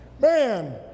man